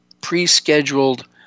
pre-scheduled